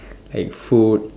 like food